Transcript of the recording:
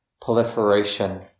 proliferation